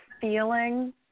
feeling